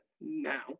now